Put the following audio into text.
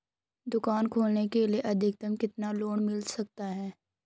दुकान खोलने के लिए अधिकतम कितना लोन मिल सकता है?